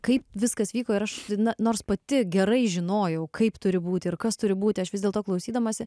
kaip viskas vyko ir aš na nors pati gerai žinojau kaip turi būti ir kas turi būti aš vis dėlto klausydamasi